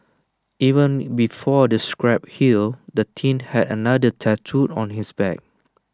even before the scabs healed the teen had another tattooed on his back